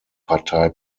partei